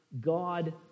God